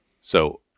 So-